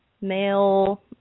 Male